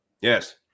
Yes